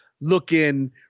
looking